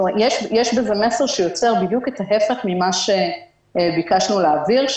יש בזה מסר שיוצר בדיוק את ההפך ממה שביקשנו להעביר,